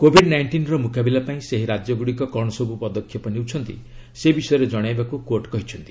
Covid ନାଇଷ୍ଟିନ୍ର ମୁକାବିଲା ପାଇଁ ସେହି ରାଜ୍ୟଗୁଡ଼ିକ କ'ଣ ସବୁ ପଦକ୍ଷେପ ନେଉଛନ୍ତି ସେ ବିଷୟରେ ଜଣାଇବାକୁ କୋର୍ଟ୍ କହିଛନ୍ତି